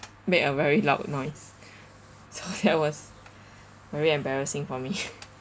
made a very loud noise so that was very embarrassing for me